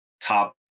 top